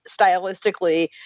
stylistically